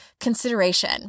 consideration